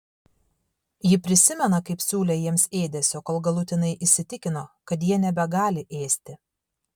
ji prisimena kaip siūlė jiems ėdesio kol galutinai įsitikino kad jie nebegali ėsti